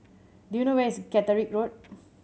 do you know where is Caterick Road